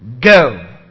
go